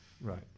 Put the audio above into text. Right